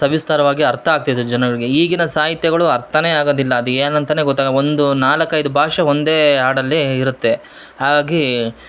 ಸವಿಸ್ತಾರವಾಗಿ ಅರ್ಥ ಆಗ್ತಿತ್ತು ಜನಗಳಿಗೆ ಈಗಿನ ಸಾಹಿತ್ಯಗಳು ಅರ್ಥನೇ ಆಗದಿಲ್ಲ ಅದು ಏನಂತನೇ ಗೊತ್ತಾಗ ಒಂದು ನಾಲಕೈದು ಭಾಷೆ ಒಂದೇ ಹಾಡಲ್ಲೀ ಇರುತ್ತೆ ಹಾಗಾಗಿ